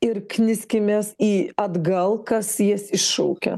ir kniskimės į atgal kas jas iššaukia